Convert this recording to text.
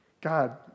God